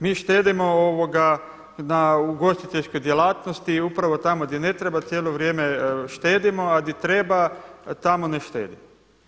Mi štedimo na ugostiteljskoj djelatnosti i upravo tamo gdje ne treba cijeli vrijeme štedimo, a gdje treba tamo ne štedimo.